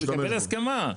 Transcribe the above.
לא אמרתי לחייב, שיקבל הסכמה.